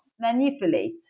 manipulate